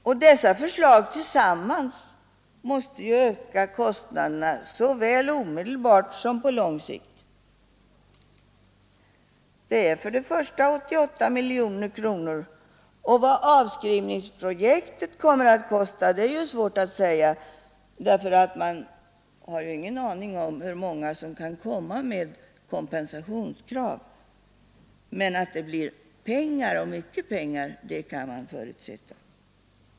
Och dessa förslag tillsammans måste ju öka kostnaderna såväl omedelbart som på lång sikt. Det är i första hand 88 miljoner kronor. Och vad avskrivningsprojektet kommer att kosta är svårt att säga därför att man har ingen aning om hur många som kan komma med kompensationskrav. Men att det blir pengar och mycket pengar det kan man förutsätta.